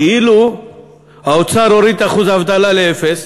כאילו האוצר הוריד את אחוז האבטלה לאפס,